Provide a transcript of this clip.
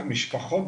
משפחות,